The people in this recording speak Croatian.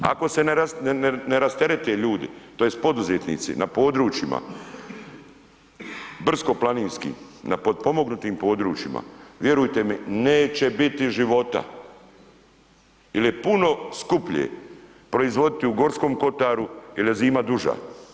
Ako se ne rasterete ljudi, tj. poduzetnici na područjima brdsko-planinski, na potpomognutim područjima vjerujte mi neće biti života jer je puno skuplje proizvoditi u Gorskom Kotaru jer je zima duža.